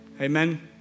Amen